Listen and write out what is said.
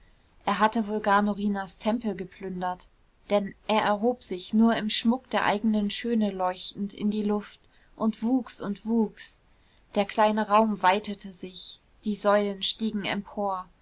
er hatte wohl gar norinas tempel geplündert denn er erhob sich nur im schmuck der eigenen schöne leuchtend in die luft und wuchs und wuchs der kleine raum weitete sich die säulen stiegen empor